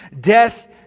death